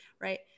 right